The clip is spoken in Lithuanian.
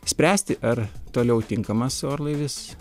spręsti ar toliau tinkamas orlaivis